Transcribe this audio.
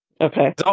Okay